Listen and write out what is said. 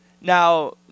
Now